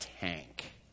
tank